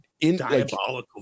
diabolical